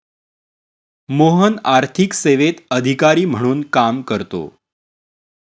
मोहन आर्थिक सेवेत अधिकारी म्हणून काम करतो